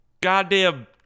goddamn